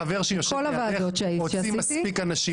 החבר שיושב לידך הוציא מספיק אנשים.